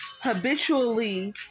habitually